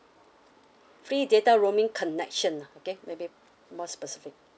free data roaming connection lah okay maybe more specific